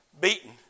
beaten